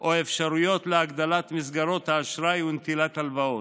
או אפשרויות להגדלת מסגרות האשראי ונטילת הלוואות.